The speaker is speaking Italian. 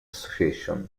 association